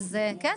כן.